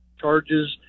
charges